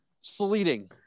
sleeting